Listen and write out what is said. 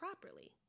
properly